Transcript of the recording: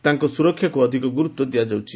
ତାଙ୍କ ସୁରକ୍ଷାକୁ ଅଧିକ ଗୁରୁତ୍ୱ ଦିଆଯାଉଛି